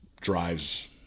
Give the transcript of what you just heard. drives